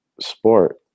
sport